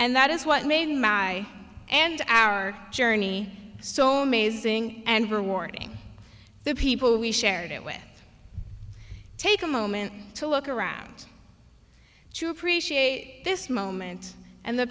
and that is what made my and our journey so amazing and rewarding the people we shared it with take a moment to look around to appreciate this moment and the